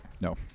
No